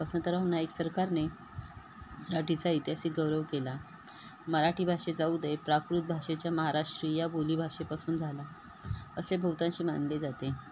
वसंतराव नाईक सरकारने मराठीचा इतिहासिक गौरव केला मराठी भाषेचा उदय प्राकृत भाषेच्या महाराष्ट्रीय या बोलीभाषे पासून झाला असे बहुतांशी मानले जाते